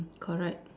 correct